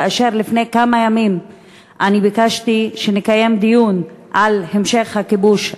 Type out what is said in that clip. כאשר לפני כמה ימים אני ביקשתי שנקיים דיון על המשך הכיבוש,